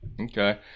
Okay